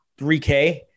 3K